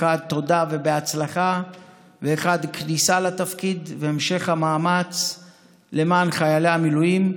לאחד תודה ובהצלחה ולאחד כניסה לתפקיד והמשך המאמץ למען חיילי המילואים,